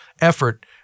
effort